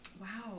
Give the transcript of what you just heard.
Wow